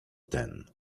ten